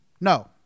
No